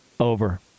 Over